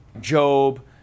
Job